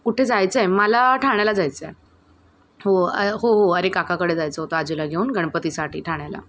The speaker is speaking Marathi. कुठे जायचं आहे मला ठाण्याला जायचंय हो हो हो अरे काकाकडे जायचं होतं आजीला घेऊन गणपतीसाठी ठाण्याला